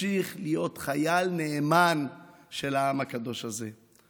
ותמשיך להיות חייל נאמן של העם הקדוש הזה.